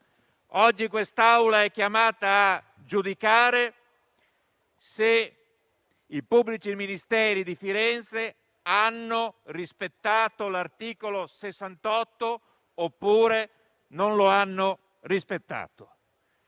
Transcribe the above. Oggi quest'Aula è chiamata a giudicare se i pubblici ministeri di Firenze abbiano rispettato l'articolo 68 oppure non lo abbiano rispettato.